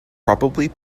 probably